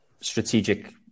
strategic